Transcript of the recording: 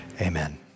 Amen